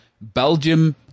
Belgium